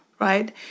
right